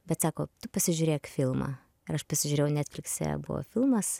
bet sako pasižiūrėk filmą ir aš pasižiūrėjau netflikse buvo filmas